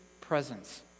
presence